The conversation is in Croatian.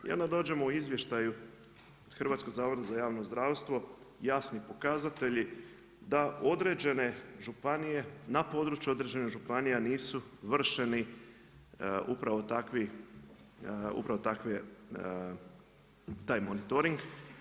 I onda dođemo u izvještaju Hrvatskog zavoda za javno zdravstvo, jasni pokazatelji da određene županije, na području određenih županija nisu vršeni upravi takvi, upravo takve, taj monitoring.